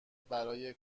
برای